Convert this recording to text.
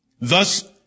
Thus